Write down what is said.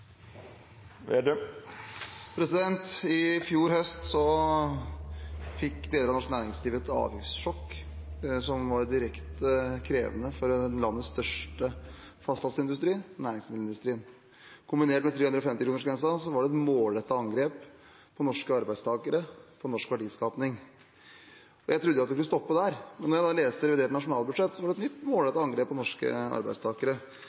I fjor høst fikk deler av norsk næringsliv et avgiftssjokk som var direkte krevende for landets største fastlandsindustri, næringsmiddelindustrien. Kombinert med 350-kronersgrensen var det et målrettet angrep på norske arbeidstakere og norsk verdiskaping. Jeg trodde det skulle stoppe der, men da jeg leste revidert nasjonalbudsjett, var det et nytt målrettet angrep på norske arbeidstakere.